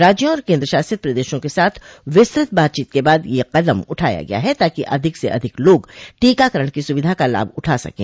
राज्यों और केन्द्रशासित प्रदेशों के साथ विस्तृत बातचीत के बाद यह कदम उठाया गया है ताकि अधिक से अधिक लोग टीकाकरण की सुविधा का लाभ उठा सकें